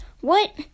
What